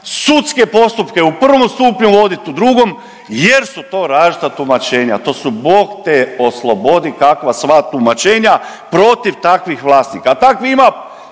sudske postupke u prvom stupnju vodit, u drugom jer su to različita tumačenja. To su Bog te oslobodi kakva sva tumačenja protiv takvih vlasnika, a takvih